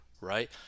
right